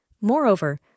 Moreover